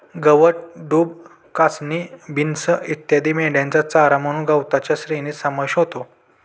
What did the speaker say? गवत, डूब, कासनी, बीन्स इत्यादी मेंढ्यांचा चारा म्हणून गवताच्या श्रेणीत समावेश होतो